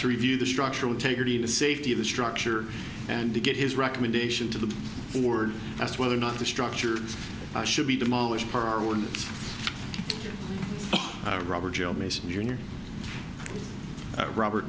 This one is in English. to review the structural integrity of the safety of the structure and to get his recommendation to the board as to whether or not the structure should be demolished per hour when robert joe mason junior robert